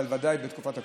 אבל ודאי בתקופת הקורונה.